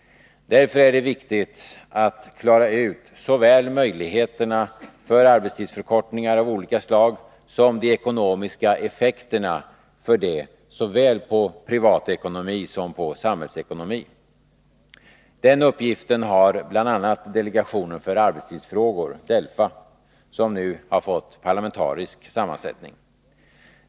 Därför är det viktigt att klara ut såväl möjligheter för arbetstidsförkortningar av olika slag som de ekonomiska effekterna för privatekonomi och samhällsekonomi. Den uppgiften har bl.a. delegationen för arbetstidsfrågor, Delfa, som nu fått en parlamentarisk sammansättning.